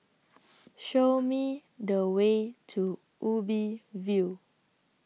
Show Me The Way to Ubi View